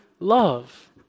love